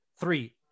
Three